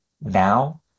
now